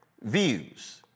views